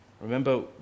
Remember